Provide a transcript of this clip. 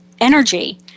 energy